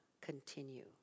continue